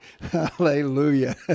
hallelujah